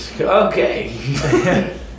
okay